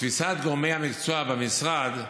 לתפיסת גורמי המקצוע במשרד,